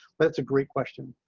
but it's a great question.